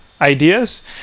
ideas